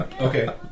Okay